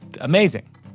Amazing